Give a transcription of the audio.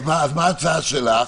מה ההצעה שלך?